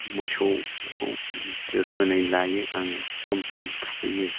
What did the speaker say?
मोसौखौ जोथोनै लायो आङो सम सम थुखैयो